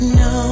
no